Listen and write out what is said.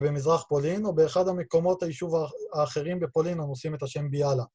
במזרח פולין, או באחד המקומות היישוב האחרים בפולין, אנו עושים את השם ביאללה.